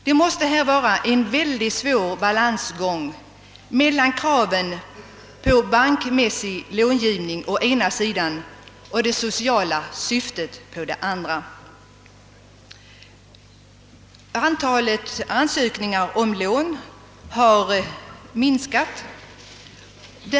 Det blir här en svår balansgång mellan kraven på bankmässig långivning, å ena sidan, och det sociala syftet, å den andra. Antalet ansökningar om lån har minskat under åren 1947—1963.